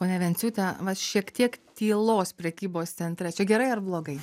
ponia venciūte va šiek tiek tylos prekybos centre čia gerai ar blogai